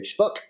Facebook